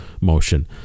motion